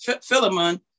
Philemon